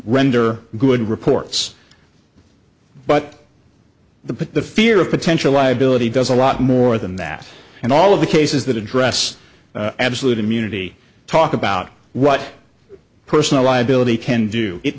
render good reports but the put the fear of potential liability does a lot more than that and all of the cases that address absolute immunity talk about what personal liability can do it